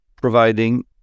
providing